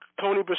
Tony